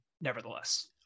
nevertheless